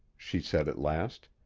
she said at last.